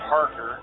Parker